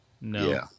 No